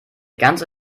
ganze